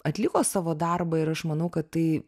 atliko savo darbą ir aš manau kad tai